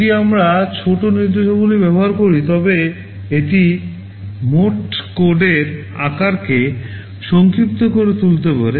যদি আমরা ছোট নির্দেশাবলী ব্যবহার করি তবে এটি মোট কোডের আকারকে সংক্ষিপ্ত করে তুলতে পারে